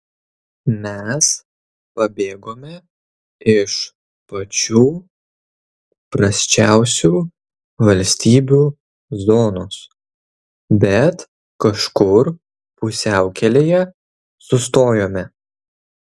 mes pabėgome iš pačių prasčiausių valstybių zonos bet kažkur pusiaukelėje sustojome